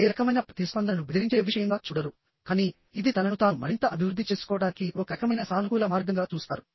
ఏ రకమైన ప్రతిస్పందనను బెదిరించే విషయంగా చూడరు కానీ ఇది తనను తాను మరింత అభివృద్ధి చేసుకోవడానికి ఒక రకమైన సానుకూల మార్గంగా చూస్తారు